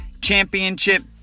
championship